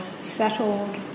settled